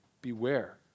Beware